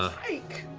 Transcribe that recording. ah pike!